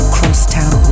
Crosstown